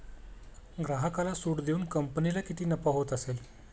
ग्राहकाला सूट देऊन कंपनीला किती नफा होत असेल